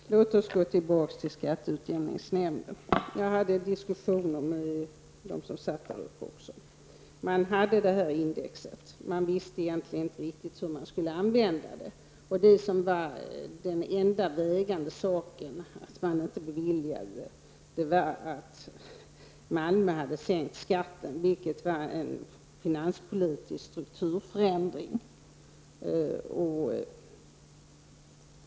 Fru talman! Låt oss gå tillbaka till skatteutjämningsnämnden. Jag hade diskussioner med dem som satt där också. De hade detta index, men de visste egentligen inte hur de skulle använda det. Det enda vägande skälet till att skatteutjämning inte beviljades var att Malmö hade sänkt skatten, vilket var en finanspolitisk strukturförändring.